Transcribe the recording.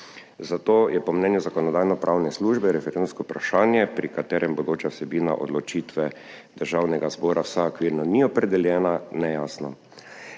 Zato je po mnenju Zakonodajno-pravne službe referendumsko vprašanje, pri katerem bodoča vsebina odločitve Državnega zbora vsaj okvirno ni opredeljena, nejasno.